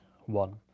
one